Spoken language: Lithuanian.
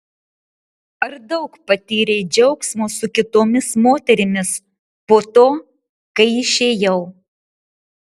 ar daug patyrei džiaugsmo su kitomis moterimis po to kai išėjau